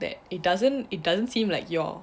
that it doesn't it doesn't seem like your